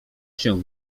się